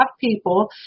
people